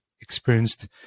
experienced